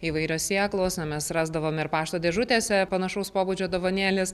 įvairios sėklos o mes rasdavome ir pašto dėžutėse panašaus pobūdžio dovanėles